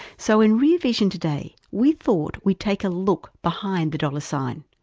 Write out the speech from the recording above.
so in rear vision today we thought we'd take a look behind the dollar sign,